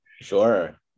Sure